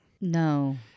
No